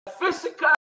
physical